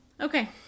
Okay